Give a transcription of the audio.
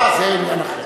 זה עניין אחר.